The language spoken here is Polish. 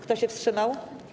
Kto się wstrzymał?